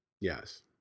Yes